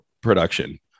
production